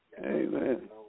Amen